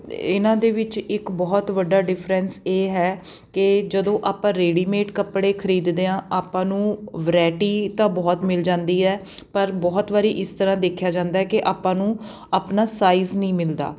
ਇਹਨਾਂ ਦੇ ਵਿੱਚ ਇੱਕ ਬਹੁਤ ਵੱਡਾ ਡਿਫਰੈਂਸ ਇਹ ਹੈ ਕਿ ਜਦੋਂ ਆਪਾਂ ਰੇਡੀਮੇਡ ਕੱਪੜੇ ਖਰੀਦਦੇ ਹਾਂ ਆਪਾਂ ਨੂੰ ਵਰਾਇਟੀ ਤਾਂ ਬਹੁਤ ਮਿਲ ਜਾਂਦੀ ਹੈ ਪਰ ਬਹੁਤ ਵਾਰੀ ਇਸ ਤਰ੍ਹਾਂ ਦੇਖਿਆ ਜਾਂਦਾ ਕਿ ਆਪਾਂ ਨੂੰ ਆਪਣਾ ਸਾਈਜ਼ ਨਹੀਂ ਮਿਲਦਾ